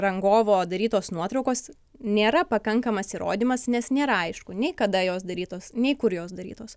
rangovo darytos nuotraukos nėra pakankamas įrodymas nes nėra aišku nei kada jos darytos nei kur jos darytos